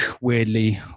weirdly